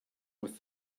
with